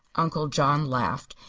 uncle john laughed.